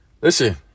listen